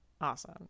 awesome